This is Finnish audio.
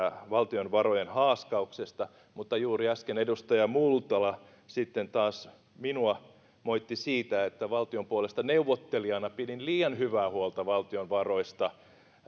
valtion varojen haaskauksesta mutta juuri äsken edustaja multala sitten taas minua moitti siitä että valtion puolesta neuvottelijana pidin liian hyvää huolta valtion varoista